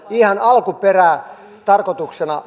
ihan alun perin tarkoituksena